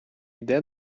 йде